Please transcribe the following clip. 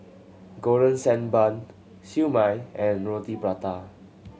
Golden Sand Bun Siew Mai and Roti Prata